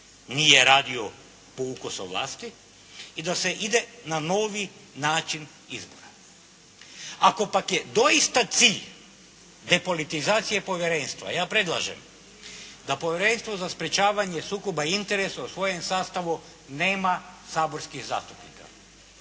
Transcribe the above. nije radio po ukusu vlasti i da se ide na novi način izbora. Ako pak je doista cilj depolitizacija povjerenstva, ja predlažem da Povjerenstvo za sprečavanje sukoba interesa u svojem sastavu nema saborskih zastupnika.